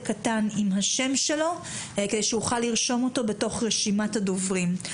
קטן עם השם שלו כדי שאוכל לרשום אותו ברשימת הדוברים.